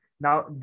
Now